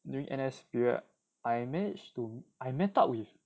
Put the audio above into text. during N_S period I managed to I met up with